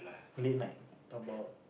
late night about